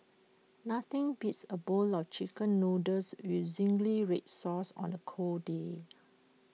nothing beats A bowl of Chicken Noodles with Zingy Red Sauce on A cold day